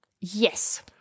Yes